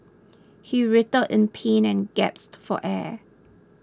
he writhed in pain and gasped for air